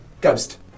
ghost